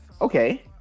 Okay